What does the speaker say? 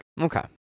Okay